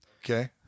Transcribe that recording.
Okay